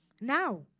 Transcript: Now